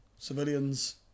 Civilians